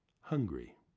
hungry